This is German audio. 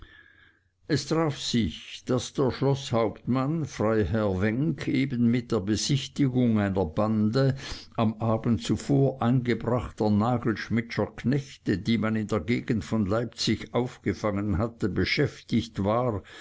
es traf sich daß der schloßhauptmann freiherr wenk eben mit der besichtigung einer bande am abend zuvor eingebrachter nagelschmidtscher knechte die man in der gegend von leipzig aufgefangen hatte beschäftigt war